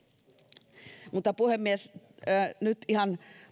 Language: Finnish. puhemies nyt ihan